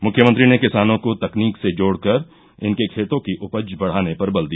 मुख्यमंत्री ने किसानों को तकनीक से जोड़कर इनके खेतों की उपज बढ़ाने पर बल दिया